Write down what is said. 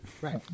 Right